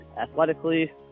athletically